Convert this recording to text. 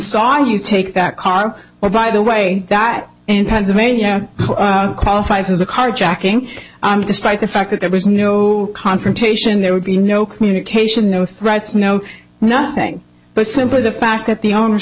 saw you take that car or by the way that in pennsylvania qualifies as a carjacking despite the fact that it was no confrontation there would be no communication no threats no nothing but simply the fact that the owner